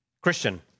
Christian